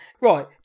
Right